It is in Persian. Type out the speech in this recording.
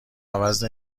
عوض